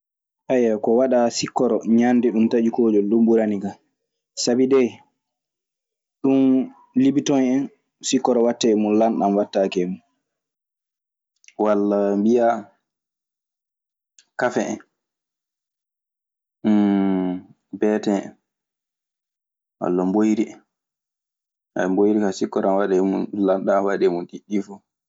ko waɗaa sikkoro, ñaande ɗun taƴi kooƴol ɗun ɓuranikan. Sabi dee ɗun lipition en sikkoro waɗtee e mun, lanɗan waɗtaake e mun. Walla mbiyaa kafe en beetee en, walla mboyri en. Mboyri ka sikkoro ana waɗee e mun, lanɗan ana waɗee e mun. Ɗiɗi ɗii fu.